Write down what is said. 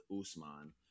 Usman